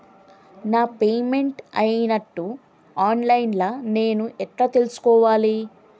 నా పేమెంట్ అయినట్టు online లా నేను ఎట్ల చూస్కోవాలే?